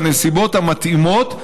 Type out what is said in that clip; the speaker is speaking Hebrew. בנסיבות המתאימות,